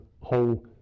whole